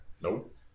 Nope